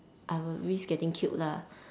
I will risk getting killed lah